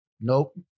Nope